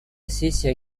сессия